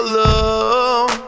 love